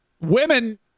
women